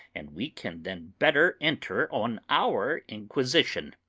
and we can then better enter on our inquisition.